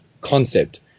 concept